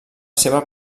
seva